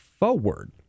Forward